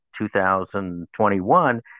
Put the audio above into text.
2021